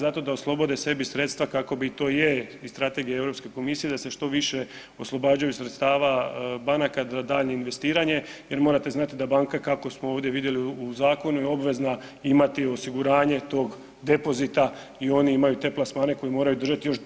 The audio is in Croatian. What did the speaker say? Zato da oslobode sebi sredstva kako bi to je i strategija Europske komisije da se što više oslobađaju sredstava banaka za daljnje investiranje jer morate znati da banka kako smo ovdje vidjeli u zakonu je obvezna imati osiguranje tog depozita i oni imaju te plasmane koje moraju držati još